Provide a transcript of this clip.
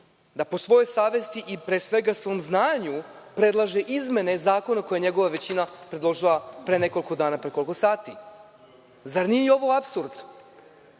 da po svojoj savesti i, pre svega, svom znanju predlaže izmene zakona koje je njegova većina predložila pre nekoliko dana, pre nekoliko sati? Zar nije i ovo apsurd?